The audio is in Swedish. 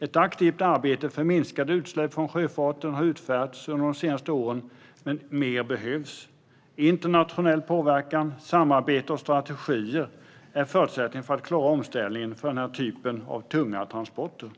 Ett aktivt arbete för minskade utsläpp från sjöfarten har utförts under de senaste åren, men mer behövs. Internationell påverkan, samarbete och strategier är förutsättningar för att klara omställningen för den här typen av tunga transporter.